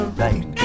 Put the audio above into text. right